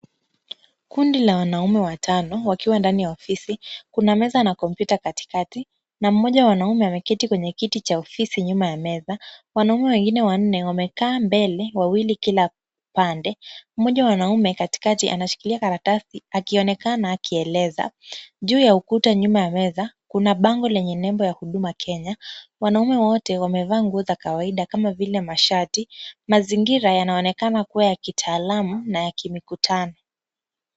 Kundi la wanaume watano wakiwa ndani ya ofisi, kuna meza na kompyuta katikati na mmoja wa wanaume ameketi kwenye kiti cha ofisi nyuma ya meza. Wanaume wengine wanne wamekaa mbele, wawili kila pande. Mmoja wa wanaume katikati anashikilia karatasi akionekana akieleza. Juu ya ukuta nyuma ya meza, kuna bango lenye nembo ya Huduma Kenya. Wanaume wote wamevaa nguo za kawaida kama vile mashati. Mazingira yanaonekana kuwa ya kitaalamu na ya kimikutano.